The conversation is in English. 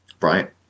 right